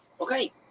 Okay